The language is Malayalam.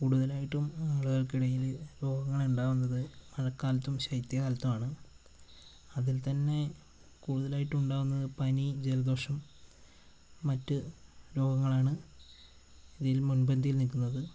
കൂടുതലായിട്ടും ആളുകൾക്കിടയില് രോഗങ്ങൾ ഇണ്ടാകുന്നത് മഴക്കാലത്തും ശൈത്യകാലത്തുമാണ് അതിൽ തന്നെ കൂടുതലായിട്ടും ഉണ്ടാകുന്നത് പനി ജലദോഷം മറ്റ് രോഗങ്ങളാണ് ഇതിൽ മുൻപന്തിയിൽ നിൽക്കുന്നത്